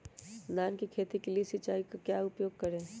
धान की खेती के लिए सिंचाई का क्या उपयोग करें?